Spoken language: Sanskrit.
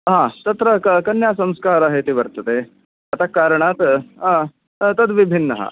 तत्र कन्यासंस्कारः इति वर्तते अतः कारणात् तद्विभिन्नः